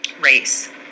race